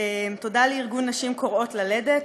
תודה לארגון "נשים קוראות ללדת",